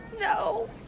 No